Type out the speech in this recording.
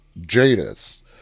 jadis